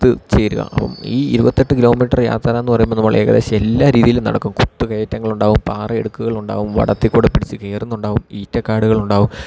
എത്തി ചേരുക അപ്പം ഈ ഇരുപത്തെട്ട് കിലോമീറ്റർ യാത്രാന്ന് പറയുമ്പോൾ നമ്മളെകദേശം എല്ലാ രീതിയിലും നടക്കും കുത്തുകയറ്റങ്ങളുണ്ടാവും പാറ ഇടുക്കുകളുണ്ടാവും വടത്തിൽ കൂടെ പിടിച്ച് കയറുന്നുണ്ടാക് ഈറ്റക്കാടുകളുണ്ടാവും